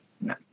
No